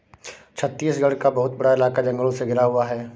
छत्तीसगढ़ का बहुत बड़ा इलाका जंगलों से घिरा हुआ है